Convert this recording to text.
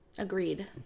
Agreed